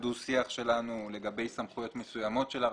דו השיח שלנו לגבי סמכויות מסוימות של הרשם.